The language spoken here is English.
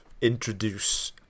introduce